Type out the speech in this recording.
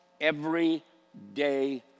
everyday